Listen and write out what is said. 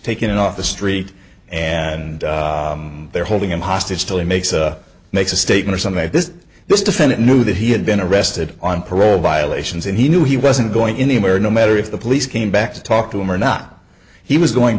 taken off the street and they're holding him hostage till he makes makes a statement or something this defendant knew that he had been arrested on parole violations and he knew he wasn't going anywhere no matter if the police came back to talk to him or not he was going